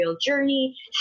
journey